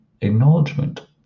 acknowledgement